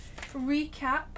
recap